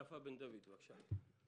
יפה בן דויד, בבקשה.